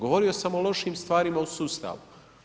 Govorio sam o lošim stvarima u sustavu.